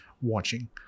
watching